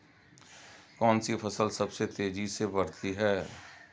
कौनसी फसल सबसे तेज़ी से बढ़ती है?